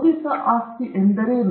ಬೌದ್ಧಿಕ ಆಸ್ತಿ ಎಂದರೇನು